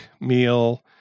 meal